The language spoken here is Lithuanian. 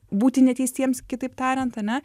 būti neteisiems kitaip tariant ane